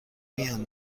میان